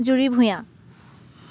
Juri Bhuyan